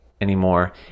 anymore